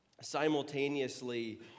simultaneously